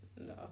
no